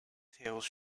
tales